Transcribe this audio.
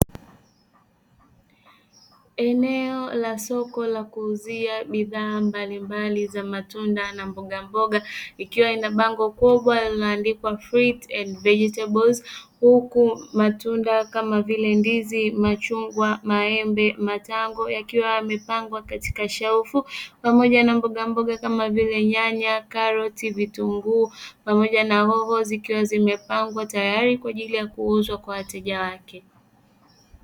Eneo la soko la kuuzia bidhaa mbalimbali za matunda na mbogamboga, likiwa lina bango kubwa lililoandikwa "Fruit & Vegetables", huku matunda kama vile ndizi, machungwa, maembe, matango yakiwa yamepangwa katika shelfu, pamoja na mbogamboga kama vile: nyanya, karoti, vitunguu pamoja na hoho, zikiwa zimepangwa tayari kwa ajili ya kuuzwa kwa wateja wake.